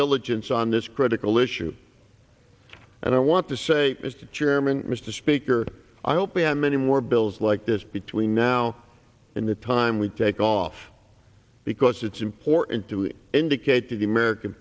diligence on this critical issue and i want to say as the chairman mr speaker i hope we have many more bills like this between now and the time we take off because it's important to indicate to the american